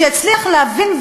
שהצליח להבין,